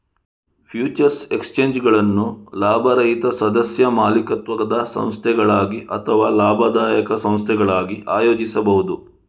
futures ಎಕ್ಸ್ಚೇಂಜುಗಳನ್ನು ಲಾಭರಹಿತ ಸದಸ್ಯ ಮಾಲೀಕತ್ವದ ಸಂಸ್ಥೆಗಳಾಗಿ ಅಥವಾ ಲಾಭದಾಯಕ ಸಂಸ್ಥೆಗಳಾಗಿ ಆಯೋಜಿಸಬಹುದು